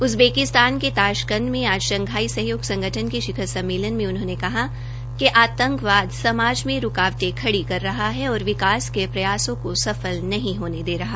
Uzbekistan के Tashkent में आज शंघाई सहयोग संगठन के शिखर सम्मेलन में उन्होंने कहा कि आतंकवाद समाज में रूकावटें खड़ी कर रहा है और विकास के प्रयासों को सफल नहीं होने दे रहा